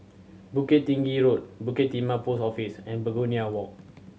Bukit Tinggi Road Bukit Timah Post Office and Begonia Walk